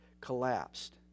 collapsed